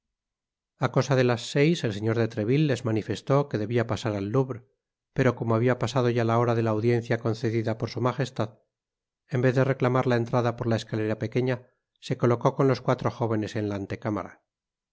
a cosa de las seis el señor de treville les manifestó que debia pasar al louvre pero como habia pasado ya la hora de la audiencia concedida por su magestad en vez de reclamar la entrada por la escalera pequeña se colocó con los cuatro jóvenes en la